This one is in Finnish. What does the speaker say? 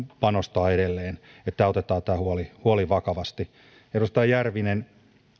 panostaa edelleen tämä huoli otetaan vakavasti edustaja järvinen